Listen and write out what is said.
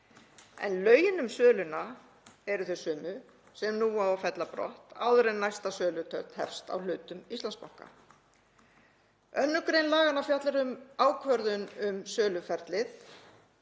En lögin um söluna eru þau sömu, sem nú á að fella brott áður en næsta sölutörn hefst á hlutum í Íslandsbanka. 2. gr. laganna fjallar um ákvörðun um söluferlið.